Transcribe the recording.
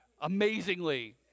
Amazingly